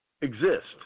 exist